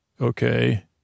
Okay